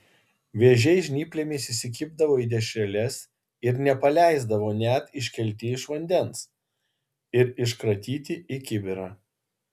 vėžiai žnyplėmis įsikibdavo į dešreles ir nepaleisdavo net iškelti iš vandens ir iškratyti į kibirą